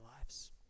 lives